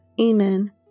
Amen